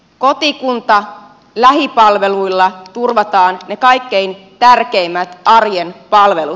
kotikunta lähipalveluilla turvataan ne kaikkein tärkeimmät arjen palvelut